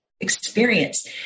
experience